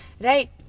Right